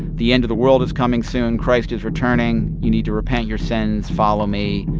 the end of the world is coming soon. christ is returning. you need to repent your sins. follow me.